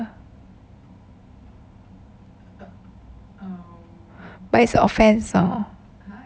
but it's a offence hor